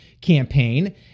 campaign